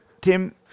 Tim